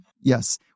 Yes